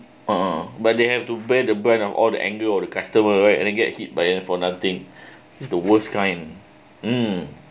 uh !huh! but they have to bear the burn of all the anger of the customer right and then get hit by uh for nothing is the worst kind mm